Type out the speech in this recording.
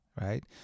right